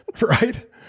right